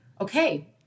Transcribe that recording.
okay